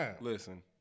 Listen